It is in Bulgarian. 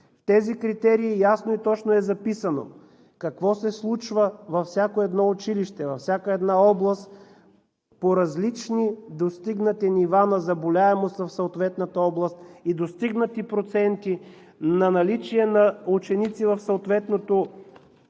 тези критерии ясно и точно е записано какво се случва във всяко едно училище, във всяка една област по различни достигнати нива на заболеваемост в съответната област и достигнати проценти на наличие на ученици в съответното училище